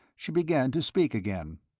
she began to speak again.